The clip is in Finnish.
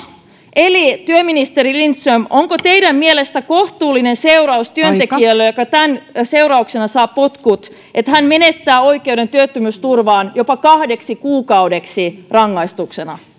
työministeri lindström onko teidän mielestänne kohtuullinen seuraus työntekijälle joka tämän seurauksena saa potkut että hän menettää oikeuden työttömyysturvaan jopa kahdeksi kuukaudeksi rangaistuksena